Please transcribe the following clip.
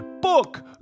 book